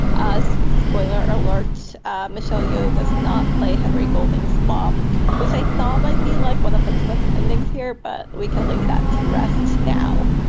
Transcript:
spoiler alert michelle yeoh does not play henry golden's mom which i thought might be like one of the twists and things here. but we can lay that to rest now.